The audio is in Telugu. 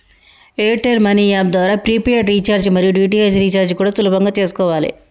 ఎయిర్ టెల్ మనీ యాప్ ద్వారా ప్రీపెయిడ్ రీచార్జి మరియు డీ.టి.హెచ్ రీచార్జి కూడా సులభంగా చేసుకోవాలే